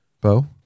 Bo